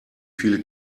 viele